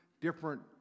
different